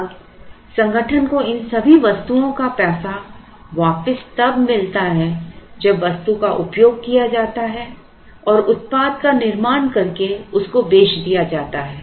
अब संगठन को इन सभी वस्तुओं का पैसा वापस तब मिलता है जब वस्तु का उपयोग किया जाता है और उत्पाद का निर्माण करके उसको बेच दिया जाता है